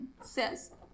says